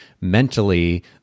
mentally